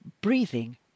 breathing